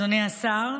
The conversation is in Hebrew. אדוני השר,